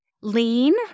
Lean